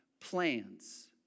plans